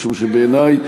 משום שבעיני,